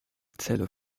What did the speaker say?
zelle